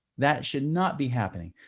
that should not be happening.